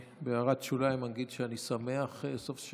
בהערת שוליים אני אגיד שאני שמח שסוף-סוף